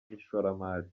n’ishoramari